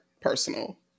personal